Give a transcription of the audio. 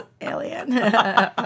alien